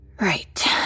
right